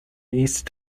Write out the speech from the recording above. east